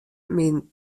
myn